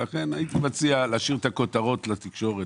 לכן הייתי מציע להשאיר את הכותרות לתקשורת